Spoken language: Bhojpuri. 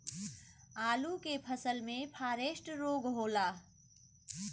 आलू के फसल मे फारेस्ट रोग होला?